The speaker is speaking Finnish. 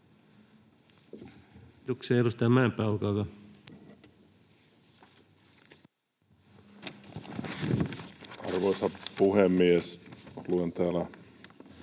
Kiitos,